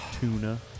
Tuna